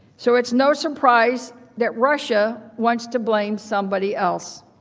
so it's no surprise that russia wants to blame somebody else.